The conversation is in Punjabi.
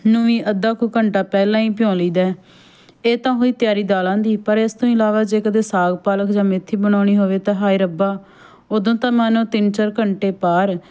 ਨੂੰ ਵੀ ਅੱਧਾ ਕੁ ਘੰਟਾ ਪਹਿਲਾਂ ਹੀ ਭਿਓ ਲਈ ਦਾ ਇਹ ਤਾਂ ਹੋਈ ਤਿਆਰੀ ਦਾਲਾਂ ਦੀ ਪਰ ਇਸ ਤੋਂ ਇਲਾਵਾ ਜੇ ਕਦੇ ਸਾਗ ਪਾਲਕ ਜਾਂ ਮੇਥੀ ਬਣਾਉਣੀ ਹੋਵੇ ਤਾਂ ਹਾਏ ਰੱਬਾ ਉਦੋਂ ਤਾਂ ਮਾਨੋ ਤਿੰਨ ਚਾਰ ਘੰਟੇ ਪਾਰ